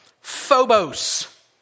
Phobos